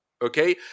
Okay